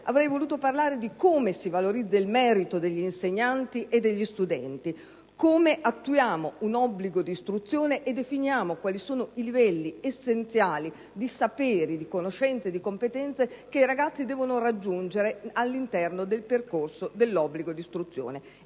Avrei voluto parlare di come si valorizza il merito degli insegnanti e degli studenti, di come si attua l'obbligo di istruzione e sono definiti i livelli essenziali di saperi, di conoscenze e di competenze che i ragazzi devono raggiungere all'interno del percorso dell'obbligo di istruzione,